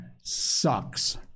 sucks